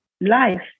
life